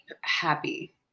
happy